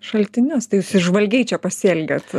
šaltinius tai jūs įžvalgiai čia pasielgėt